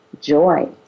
joy